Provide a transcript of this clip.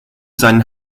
sein